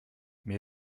mir